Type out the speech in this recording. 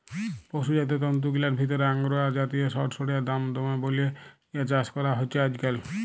পসুজাত তন্তুগিলার ভিতরে আঙগোরা জাতিয় সড়সইড়ার দাম দমে বল্যে ইয়ার চাস করা হছে আইজকাইল